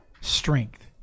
strength